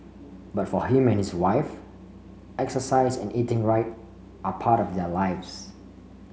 but for him and his wife exercise and eating right are part of their lives